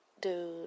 dude